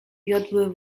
wiodły